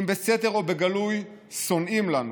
אם בסתר או בגלוי, שונאים לנו".